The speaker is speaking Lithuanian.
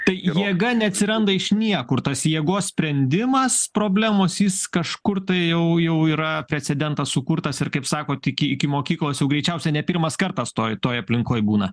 tai jėga neatsiranda iš niekur tas jėgos sprendimas problemos jis kažkur tai jau jau yra precedentas sukurtas ir kaip sakot iki iki mokyklos greičiausiai ne pirmas kartas toj toj aplinkoj būna